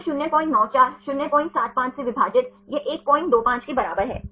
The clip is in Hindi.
तो 094 075 से विभाजित यह 125 के बराबर है